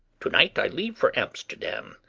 to-night i leave for amsterdam,